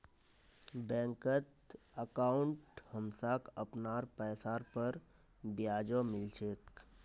बैंकत अंकाउट हमसाक अपनार पैसार पर ब्याजो मिल छेक